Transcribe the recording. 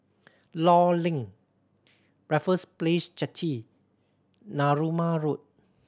Law Link Raffles Place Jetty Narooma Road